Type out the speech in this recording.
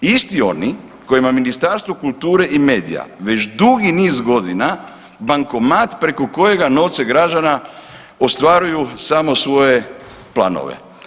Isti oni kojima Ministarstvo kulture i medija već dugi niz godina bankomat preko kojega novce građana ostvaruju samo svoje planove.